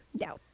No